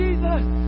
Jesus